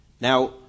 Now